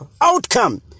outcome